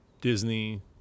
Disney